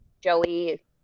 Joey